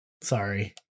Sorry